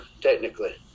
Technically